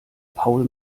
paul